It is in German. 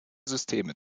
systeme